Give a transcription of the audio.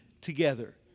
together